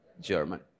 German